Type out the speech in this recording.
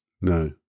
No